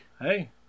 Hey